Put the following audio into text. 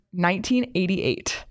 1988